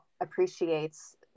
appreciates